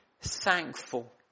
thankful